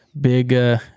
big